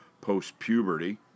post-puberty